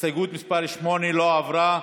הסתייגות מס' 8 לא עברה.